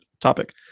topic